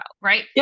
right